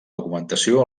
documentació